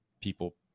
people